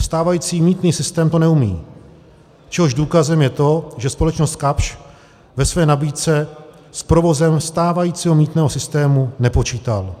Stávající mýtný systém to neumí, čehož důkazem je to, že společnost Kapsch ve své nabídce s provozem stávajícího mýtného systému nepočítala.